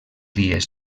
dies